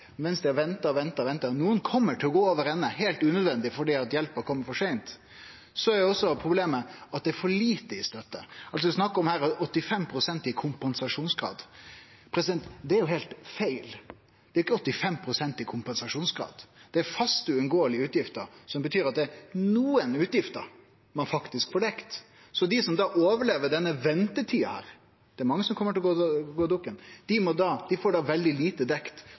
mens dei har venta og venta og venta – nokre kjem til å gå over ende heilt unødvendig fordi hjelpa kom for seint – er problemet at det er for lite i støtte. Det er snakk om 85 pst. i kompensasjonsgrad. Det er heilt feil. Det er ikkje 85 pst. i kompensasjonsgrad. Det er faste, uunngåelege utgifter, som betyr at det er nokre utgifter ein får dekt. Dei som overlever denne ventetida – det er mange som kjem til å gå dukken – får da veldig lite dekt.